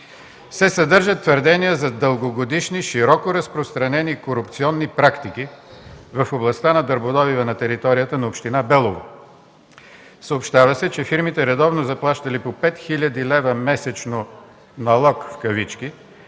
се съдържат твърдения за дългогодишни, широко разпространени корупционни практики в областта на дърводобива на територията на община Белово. Съобщава се, че фирмите редовно заплащали по 5 хил. лв. месечно „налог”, за